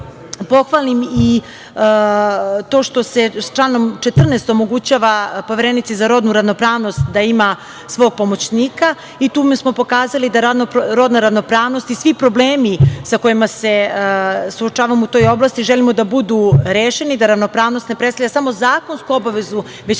pohvalim i to što se članom 14. omogućava Poverenici za rodnu ravnopravnost da ima svog pomoćnika i time smo pokazali da rodna ravnopravnost i svi problemi sa kojima se suočavamo u toj oblasti, želimo da budu rešeni, da ravnopravnost ne predstavlja samo zakonsku obavezu, već